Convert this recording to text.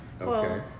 okay